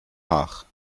haag